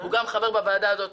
הוא גם חבר בוועדה הזאת,